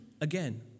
again